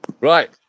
right